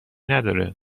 نداره